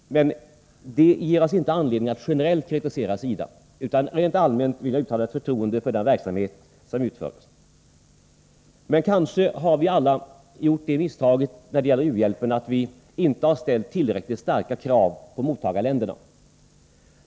Men det ger oss inte anledning att generellt kritisera SIDA, utan jag vill rent allmänt uttala förtroende för den verksamhet som utförs. Men kanske har vi alla gjort det misstaget när det gäller u-hjälpen att vi inte har ställt tillräckligt starka krav på mottagarländerna.